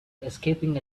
escaping